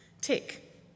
Tick